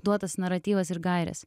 duotas naratyvas ir gairės